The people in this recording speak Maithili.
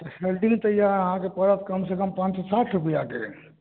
हैण्डिल तऽ यऽ अहाँके पड़त कम से कम पाॅंच सए साठि रुपैआके